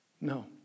No